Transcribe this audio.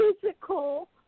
physical